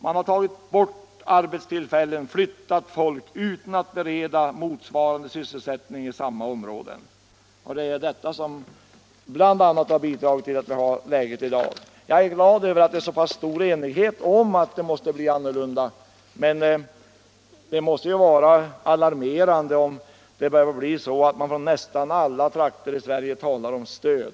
Man har tagit bort arbetstillfällen och flyttat folk i stället för att bereda motsvarande sysselsättning i samma områden. Det är bl.a. detta som har bidragit till det läge som vi har i dag. Jag är glad över att vi är så pass eniga om att det måste bli annorlunda, men det är ju alarmerande när man från nästan alla trakter i Sverige börjar tala om stöd.